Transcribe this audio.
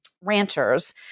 ranchers